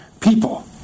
people